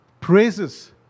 praises